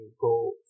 go